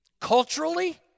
culturally